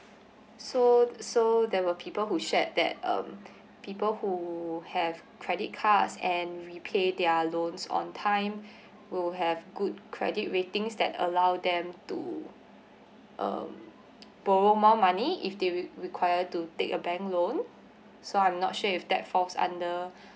so so there were people who shared that um people who have credit cards and we pay their loans on time will have good credit ratings that allow them to um borrow more money if they re~ require to take a bank loan so I'm not sure if that falls under